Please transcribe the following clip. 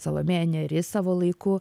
salomėja nėris savo laiku